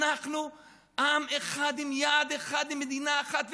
אנחנו עם אחד עם יעד אחד עם מדינה אחת,